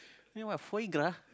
foie gras